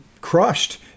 crushed